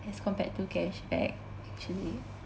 as compared to cashback actually